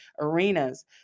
arenas